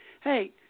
hey